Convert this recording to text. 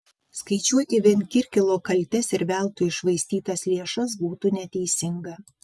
skaičiuoti vien kirkilo kaltes ir veltui iššvaistytas lėšas būtų neteisinga